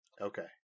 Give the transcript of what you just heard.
Okay